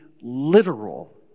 literal